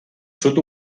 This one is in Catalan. sud